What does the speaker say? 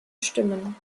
stimmen